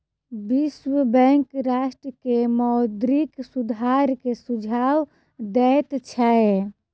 विश्व बैंक राष्ट्र के मौद्रिक सुधार के सुझाव दैत छै